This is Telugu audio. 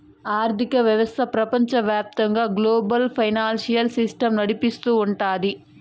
ఆర్థిక వ్యవస్థ ప్రపంచవ్యాప్తంగా గ్లోబల్ ఫైనాన్సియల్ సిస్టమ్ నడిపిస్తూ ఉంటది